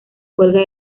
cuelga